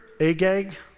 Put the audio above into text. Agag